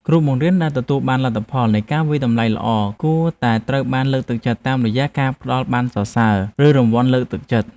គ្រូបង្រៀនដែលទទួលបានលទ្ធផលនៃការវាយតម្លៃល្អគួរតែត្រូវបានលើកទឹកចិត្តតាមរយៈការផ្តល់ប័ណ្ណសរសើរឬរង្វាន់លើកទឹកចិត្ត។